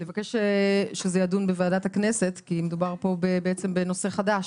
לבקש שזה ידון בוועדת הכנסת כי מדובר פה בעצם בנושא חדש.